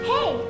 Hey